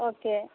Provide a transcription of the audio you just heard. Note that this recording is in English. okay